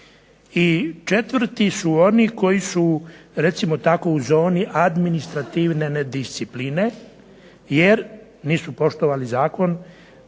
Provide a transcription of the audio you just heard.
I četvrti su oni koji su recimo to tako u zoni administrativne nediscipline jer nisu poštovali zakon